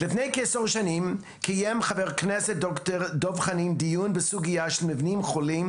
לפני כעשר שנים קיים חבר הכנסת דב חנין דיון בסוגייה של מבנים חולים,